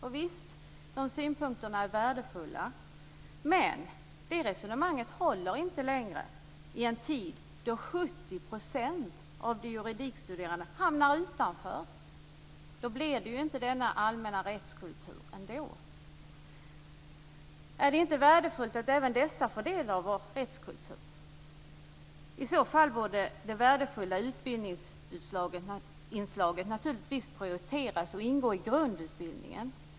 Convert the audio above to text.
Och de synpunkterna är värdefulla. Men det resonemanget håller inte längre i en tid då 70 % av de juridikstuderande hamnar utanför. Då blir det inte denna allmänna rättskultur ändå. Är det inte värdefullt att även dessa jurister får del av vår rättskultur? I så fall borde det värdefulla utbildningsinslaget naturligtvis prioriteras och ingå i grundutbildningen.